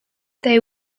they